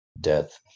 death